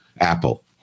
Apple